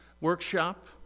workshop